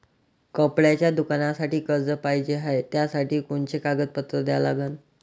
कपड्याच्या दुकानासाठी कर्ज पाहिजे हाय, त्यासाठी कोनचे कागदपत्र द्या लागन?